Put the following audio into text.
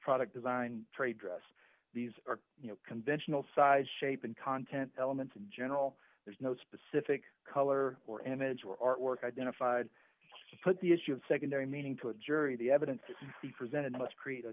product design trade dress these are you know conventional size shape and content elements in general there's no specific color or image or artwork identified to put the issue of secondary meaning to a jury the evidence presented must create a